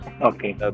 Okay